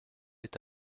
est